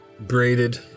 Braided